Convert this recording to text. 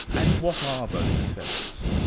and what are those effects?